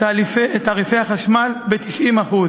תעריפי החשמל ב-90%.